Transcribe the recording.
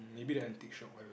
maybe the antique shop